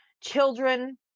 children